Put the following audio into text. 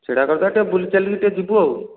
ଛିଡ଼ା କରିଦେବା ଟିକିଏ ବୁଲି ଚାଲିକି ଟିକିଏ ଯିବୁ ଆଉ